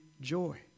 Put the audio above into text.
joy